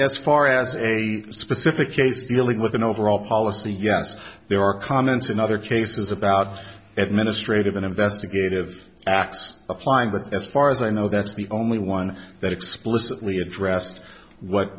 as far as a specific case dealing with an overall policy yes there are comments in other cases about administrate of an investigative acts applying but as far as i know that's the only one that explicitly addressed what